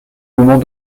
moment